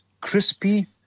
crispy